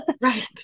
Right